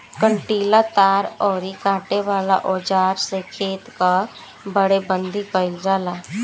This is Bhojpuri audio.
कंटीला तार अउरी काटे वाला औज़ार से खेत कअ बाड़ेबंदी कइल जाला